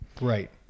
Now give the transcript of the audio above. Right